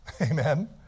Amen